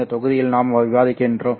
இந்த தொகுதியில் நாம் விவாதிக்கிறோம்